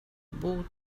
būtu